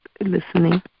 listening